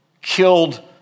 killed